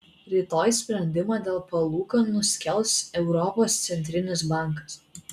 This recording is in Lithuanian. rytoj sprendimą dėl palūkanų skelbs europos centrinis bankas